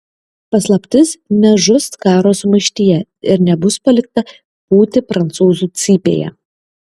paslaptis nežus karo sumaištyje ir nebus palikta pūti prancūzų cypėje